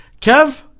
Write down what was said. Kev